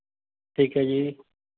ਠੀਕ ਹੈ ਜੀ